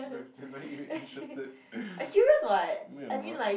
now you are interested no you're not